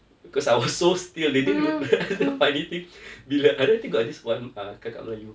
because I was so still they didn't even funny thing bila I think got this [one] uh kakak melayu